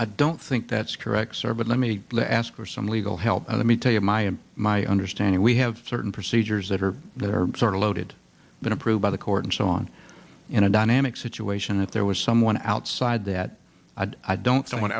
i don't think that's correct sir but let me ask for some legal help me tell you my and my understanding we have certain procedures that are that are sort of loaded been approved by the court and so on in a dynamic situation if there was someone outside that i don't